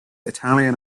italian